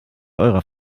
eurer